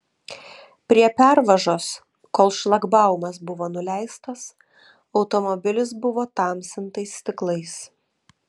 prie pervažos kol šlagbaumas buvo nuleistas automobilis buvo tamsintais stiklais